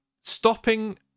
stopping